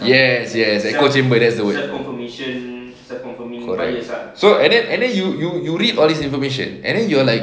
yes yes equal chamber that's the word correct so and then and then you you read all these information and then you're like